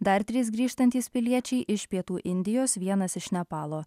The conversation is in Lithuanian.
dar trys grįžtantys piliečiai iš pietų indijos vienas iš nepalo